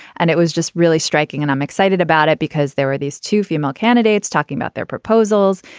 and it was just really striking. and i'm excited about it because there are these two female candidates talking about their proposals.